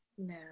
No